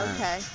Okay